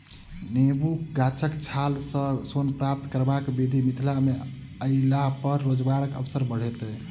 नेबो गाछक छाल सॅ सोन प्राप्त करबाक विधि मिथिला मे अयलापर रोजगारक अवसर बढ़त